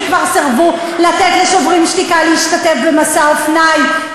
שכבר סירבו לתת ל"שוברים שתיקה" להשתתף במסע האופניים.